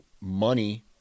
money